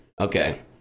Okay